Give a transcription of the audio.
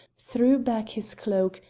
threw back his cloak,